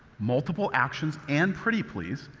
multiple actions and pretty please,